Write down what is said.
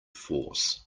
force